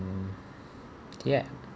mm ya